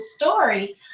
story